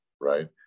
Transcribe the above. Right